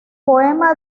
poema